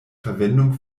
verwendung